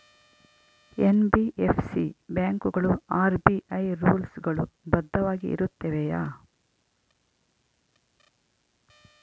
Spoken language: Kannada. ಎನ್.ಬಿ.ಎಫ್.ಸಿ ಬ್ಯಾಂಕುಗಳು ಆರ್.ಬಿ.ಐ ರೂಲ್ಸ್ ಗಳು ಬದ್ಧವಾಗಿ ಇರುತ್ತವೆಯ?